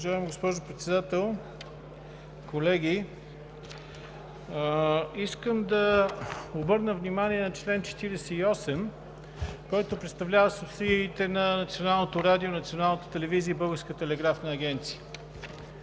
Уважаема госпожо Председател, колеги! Искам да обърна внимание на чл. 48, който представлява субсидиите на Националното радио, Националната телевизия и Българската телеграфна агенция.